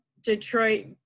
Detroit